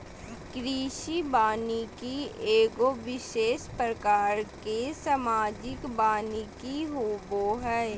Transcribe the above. कृषि वानिकी एगो विशेष प्रकार के सामाजिक वानिकी होबो हइ